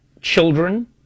children